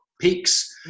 peaks